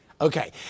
Okay